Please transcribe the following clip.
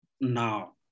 now